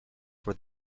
for